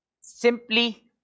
Simply